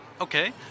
Okay